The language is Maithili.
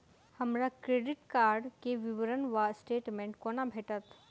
हमरा क्रेडिट कार्ड केँ विवरण वा स्टेटमेंट कोना भेटत?